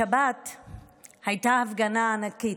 בשבת הייתה הפגנה ענקית.